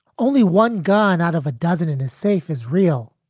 only one gun out of a dozen in is safe, is real.